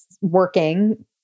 working